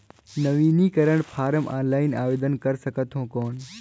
नवीनीकरण form offline आवेदन कर सकत हो कौन?